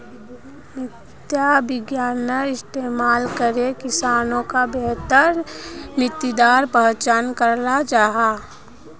मृदा विग्यानेर इस्तेमाल करे किसानोक बेहतर मित्तिर पहचान कराल जाहा